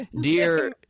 dear –